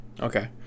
okay